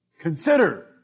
Consider